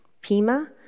Pima